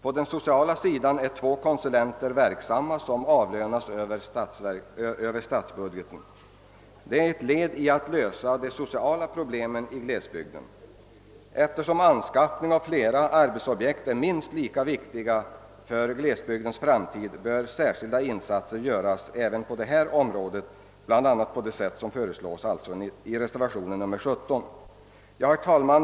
På den sociala sidan är två konsulenter verksamma, och de avlönas över statsbudgeten. Det är ett led i strävandena att lösa de sociala problemen i glesbygderna. Eftersom anskaffning av flera arbetsobjekt är minst lika viktig för glesbygdernas framtid bör särskilda insatser göras även på detta område bl.a. på det sätt som föreslås i reservation 17. Herr talman!